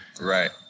Right